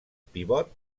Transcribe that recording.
pivot